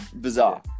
Bizarre